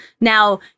Now